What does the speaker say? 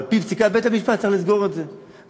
על-פי פסיקת בית-המשפט צריך לסגור אותו,